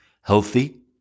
healthy